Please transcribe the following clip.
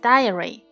Diary